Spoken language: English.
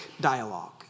dialogue